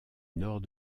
nord